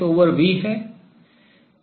v v2πν है